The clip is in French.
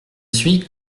suis